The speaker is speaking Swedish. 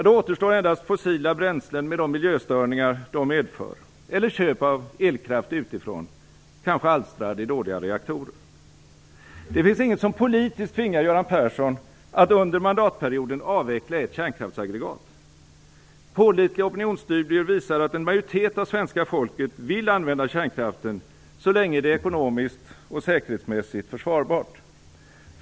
Då återstår endast fossila bränslen med de miljöstörningar de medför eller köp av elkraft utifrån - kanske alstrad i dåliga reaktorer. Det finns inget som politiskt tvingar Göran Persson att under mandatperioden avveckla ett kärnkraftsaggregat. Pålitliga opinionsstudier visar att en majoritet av svenska folket vill använda kärnkraften så länge det är ekonomiskt och säkerhetsmässigt försvarbart.